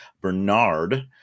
Bernard